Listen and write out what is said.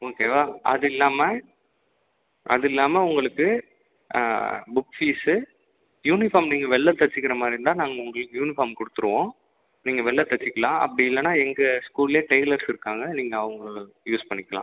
ஓகேவா அது இல்லாமல் அது இல்லாமல் உங்களுக்கு புக் ஃபீஸ்ஸு யூனிஃபார்ம் நீங்கள் வெளில தைச்சுக்குற மாதிரி இருந்தால் நாங்கள் உங்களுக்கு யூனிஃபார்ம் கொடுத்துடுவோம் நீங்கள் வெளில தைச்சுக்கலாம் அப்படி இல்லைன்னா எங்கள் ஸ்கூல்லையே டைலர்ஸ் இருக்காங்க நீங்கள் அவங்கள யூஸ் பண்ணிக்கலாம்